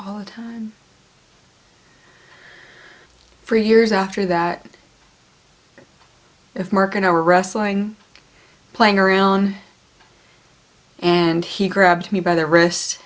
all the time for years after that if mark and i were wrestling playing around and he grabbed me by the wrist